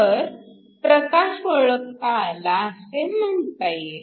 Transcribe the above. तर प्रकाश ओळखता आला असे म्हणता येईल